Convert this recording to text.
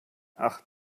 ach